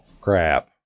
crap